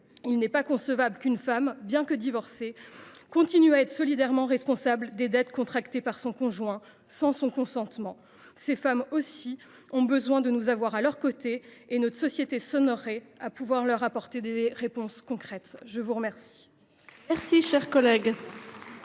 Il n’est pas concevable qu’une femme, bien que divorcée, continue à être solidairement responsable des dettes contractées par son conjoint, sans son consentement. Ces femmes aussi ont besoin de nous avoir à leurs côtés, et notre société s’honorerait à leur apporter des réponses concrètes ! La parole